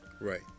right